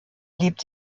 lebt